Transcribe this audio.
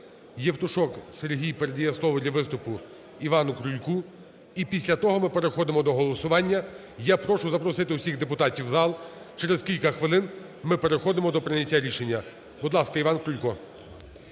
Сергій передає слово для виступу Івану Крульку. І після того ми переходимо до голосування. Я прошу запросити усіх депутатів в зал, через кілька хвилин ми переходимо до прийняття рішення. Будь ласка, ІванКрулько.